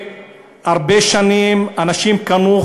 הרבה שנים אנשים קנו,